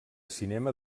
cinema